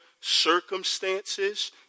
circumstances